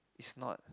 is not